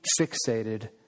fixated